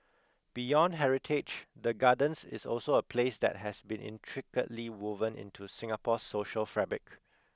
beyond heritage the Gardens is also a place that has been intricately woven into Singapore's social fabric